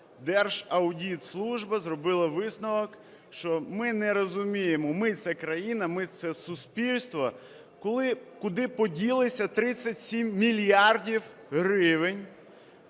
Держаудитслужба зробила висновок, що ми не розуміємо, ми – це країна, ми – це суспільство, куди поділися 37 мільярдів гривень,